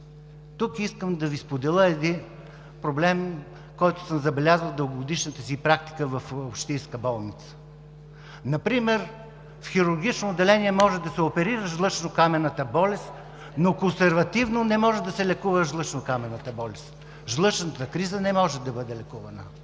Тук искам да Ви споделя един проблем, който съм забелязал в дългогодишната си практика в общинска болница: например в хирургично отделение може да се оперира жлъчно-каменната болест, но консервативно не може да се лекува жлъчно-каменната болест. Жлъчната криза не може да бъде лекувана.